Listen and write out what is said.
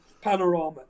Panorama